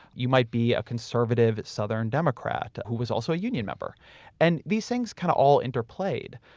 you might be a conservative southern democrat who was also a union member and these things kind of all interplayed.